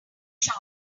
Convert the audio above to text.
shot